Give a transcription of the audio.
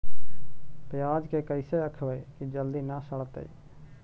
पयाज के कैसे रखबै कि जल्दी न सड़तै?